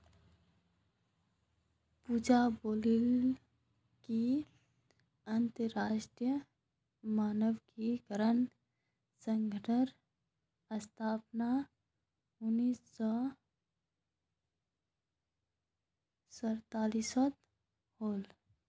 पूजा बताले कि अंतरराष्ट्रीय मानकीकरण संगठनेर स्थापना उन्नीस सौ सैतालीसत होले